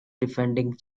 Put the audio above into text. defending